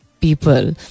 people